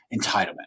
entitlement